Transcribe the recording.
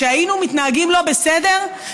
כשהיינו מתנהגים לא בסדר,